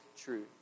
truth